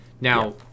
Now